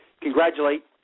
congratulate